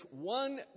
one